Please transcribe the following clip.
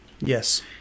Yes